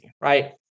right